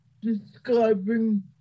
describing